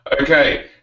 Okay